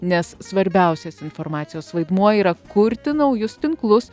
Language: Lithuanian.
nes svarbiausias informacijos vaidmuo yra kurti naujus tinklus